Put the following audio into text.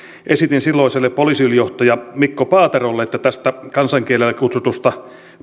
esitin silloiselle poliisiylijohtajalle mikko paaterolle että tästä kansankielellä palikkatestiksi kutsutusta